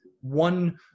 One